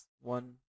one